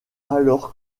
alors